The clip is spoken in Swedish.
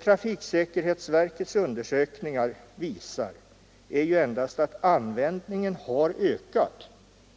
Trafiksäkerhetsverkets undersökningar visar endast att användningen har ökat